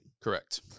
Correct